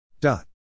dot